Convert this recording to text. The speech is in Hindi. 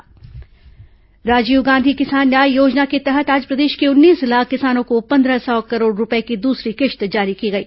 राजीव गांधी किसान न्याय योजना राजीव गांधी किसान न्याय योजना के तहत आज प्रदेश के उन्नीस लाख किसानों को पंद्रह सौ करोड़ रूपये की दूसरी किश्त जारी की गई